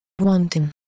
Wanting